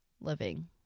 living